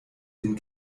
den